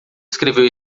escreveu